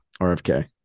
RFK